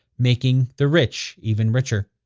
making the rich even richer.